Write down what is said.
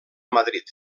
madrid